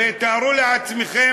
תפסיק.